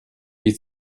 you